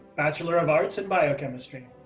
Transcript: bachelor of arts in biochemistry